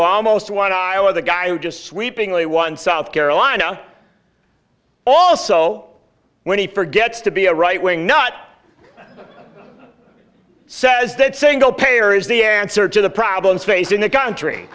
almost won iowa the guy who just sweepingly won south carolina also when he forgets to be a right wing nut says that single payer is the answer to the problems facing the country